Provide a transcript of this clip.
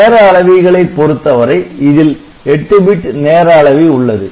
நேர அளவிகளை பொருத்தவரை இதில் 8 பிட் நேர அளவி உள்ளது